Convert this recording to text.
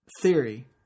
theory